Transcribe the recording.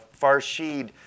Farshid